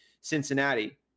Cincinnati